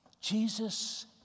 Jesus